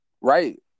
Right